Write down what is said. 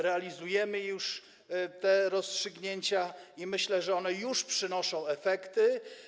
Realizujemy już te rozstrzygnięcia i myślę, że one już przynoszą efekty.